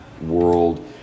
world